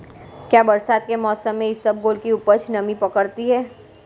क्या बरसात के मौसम में इसबगोल की उपज नमी पकड़ती है?